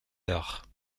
valeur